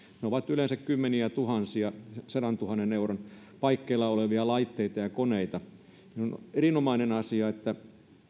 ne ovat yleensä kymmenientuhansien sadantuhannen euron paikkeilla olevia laitteita ja koneita on erinomainen asia että